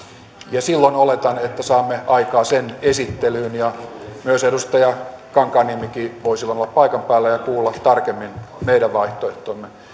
ja silloin oletan että saamme aikaa sen esittelyyn ja myös edustaja kankaanniemikin voisi olla paikan päällä ja kuulla tarkemmin meidän vaihtoehtomme